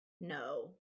No